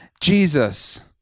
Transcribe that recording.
Jesus